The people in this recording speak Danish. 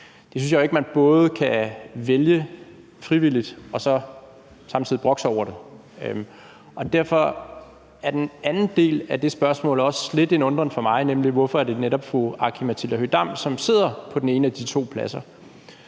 Det synes jeg jo ikke at man både kan vælge frivilligt og så samtidig brokke sig over. Derfor er den anden del af det spørgsmål også lidt en undren for mig, nemlig hvorfor det netop er fru Aki-Matilda Høegh-Dam, som sidder på den ene af de to pladser,